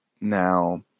Now